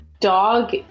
dog